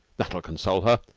that'll console her.